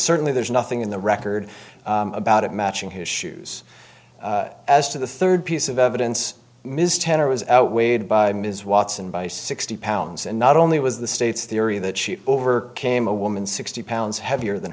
certainly there's nothing in the record about it matching his shoes as to the third piece of evidence ms turner was outweighed by ms watson by sixty pounds and not only was the state's theory that she overcame a woman sixty pounds heavier than